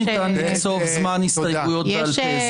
יש כללי ניהול --- לא ניתן לקצוב זמן הסתייגויות בעל פה,